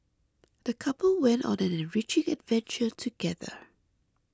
the couple went on an enriching adventure together